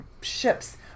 ships